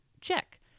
check